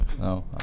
No